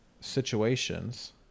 situations